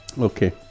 Okay